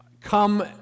come